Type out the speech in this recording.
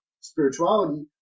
Spirituality